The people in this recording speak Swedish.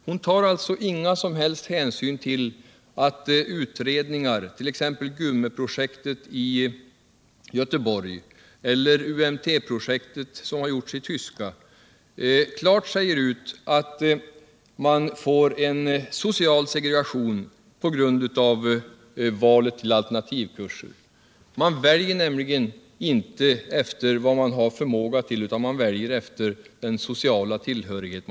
Hon tar alltså inga som helst hänsyn till att 151 utredningar, t.ex. GUME-projektet i engelska eller UMT-projektet i tyska, klart visar att man får en social segregation på grund av valet av alternativkurser. Man väljer nämligen inte efter vad man har förmåga till utan efter den sociala tillhörigheten.